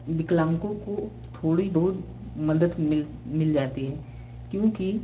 विकलांगों को थोड़ी बहुत मदत मिल मिल जाती हैं क्योंकि